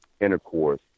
intercourse